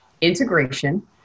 integration